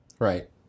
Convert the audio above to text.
Right